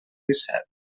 disset